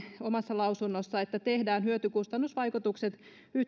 omassa lausunnossamme että tehdään hyöty kustannus vaikutukset